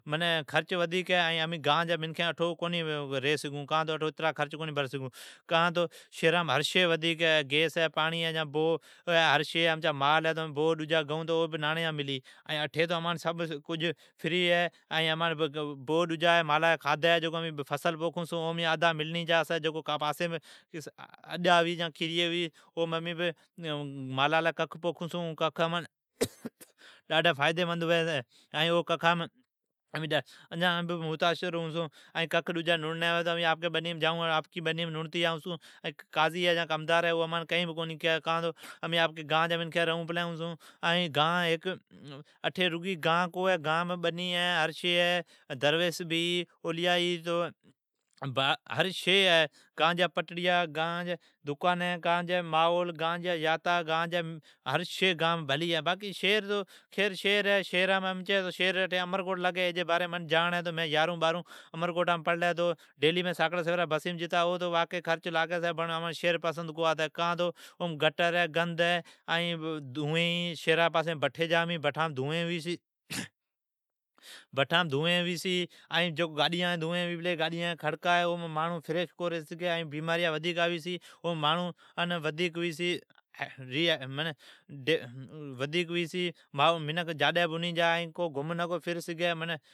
معنی خرچ ودھک ہے ۔کا تو امین گان جی منکھین ھو ۔کان تو امین اٹھو رھ کونی سگھون، اترا خرچ کونی بھر سگھون۔ کان تو شھرام ری کو سگھون ۔اٹھو گیس ہے، پاڑین ہے، بو ہے کان تو امچا مال ہے تو امان بھو بھی گیڑان پڑی۔ اٹھی امانٹھ ھر شی فری ہے۔ ائین جکو فصل پوکھون اوم بھی آدھا ملنی جا چھی ائین جکو اڈا یا کھریا ھوی اوم بھی امین ککھ پوکھون چھون ائین اون امان لی نڈاڈھی فائدیمند ہے۔ ککھ ڈجی امین آپکی بنیم لڑتی آئون چھون ائینککھ ڈجی لڑنی ھوی تو آپکی بنیم جائون لڑتی آذئو سون ۔ جکو قاضی یا کمدار ھوی چھی او امان ائین اونی کی چھی کان تو امین گان جین منکھین ھون ائین گان مئین ریھون چھون۔ این رگی گان کو ہے، آٹھی ھر شئی ھی ۔درویش بھی ھی ۔ائین اولیاء بھی ھی، بنیان بھی ھی، ھر شئی ہے۔ گان جیا پٹڑیا ۔ گان جی دکانی ۔ گان جیا بنیان، گان جین منکھین، گان جیا یادا، سبھ بھلین ھی ۔باقی شھر تو شھر ھی ۔ خیر اٹھی امان شھر امرکوٹ لگی ائی مین یارھون بارھون امرکوٹام پڑھلاتو ۔ ائین ساکڑی سویر بسیم جتا خرچ لاگتا۔ ائین امان شھر پسند کو ہے، گٹر ہے، شھرا جی پاسی بٹھی ھی بٹھام دوھین ھی۔ ائین گاڈیان جی دوھین ھی ۔ائین اوان جا گوڑ ہے۔ اوم منکھ فریش کونی ریھ سگھی ائین منکھ جاڈی ھنی جا چھی، ائین گھم نکو فر سگھی۔